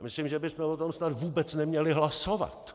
Myslím, že bychom o tom snad vůbec neměli hlasovat!